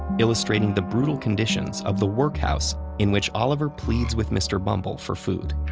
illustrating the brutal conditions of the workhouse in which oliver pleads with mr. bumble for food.